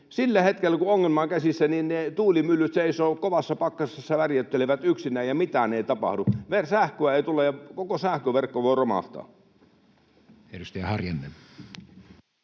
sillä hetkellä, kun ongelma on käsissä, niin ne tuulimyllyt seisovat, kovassa pakkasessa värjöttelevät yksinään, ja mitään ei tapahdu: sähköä ei tule, ja koko sähköverkko voi romahtaa.